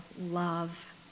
love